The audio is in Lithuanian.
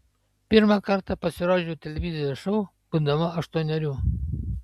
pirmą kartą pasirodžiau televizijos šou būdama aštuonerių